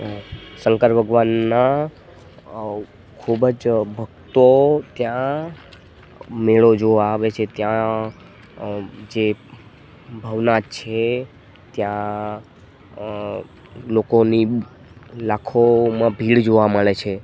શંકર ભગવાનના ખૂબ જ ભક્તો ત્યાં મેળો જોવા આવે છે ત્યાં જે ભવનાથ છે ત્યાં લોકોની લાખોમાં ભીડ જોવા મળે છે